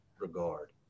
regard